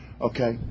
okay